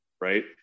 right